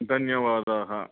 धन्यवादाः